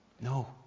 No